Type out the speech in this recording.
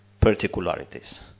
particularities